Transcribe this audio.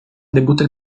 debutta